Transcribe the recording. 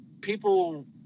people